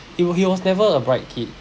he w~ he was never a bright kid